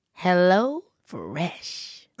HelloFresh